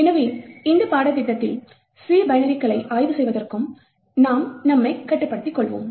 எனவே இந்த பாடத்திட்டத்தில் C பைனரிகளை ஆய்வு செய்வதற்கு நாம் நம்மை கட்டுப்படுத்திக் கொள்வோம்